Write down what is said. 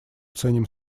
ценим